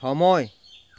সময়